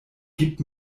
gibt